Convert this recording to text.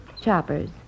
Choppers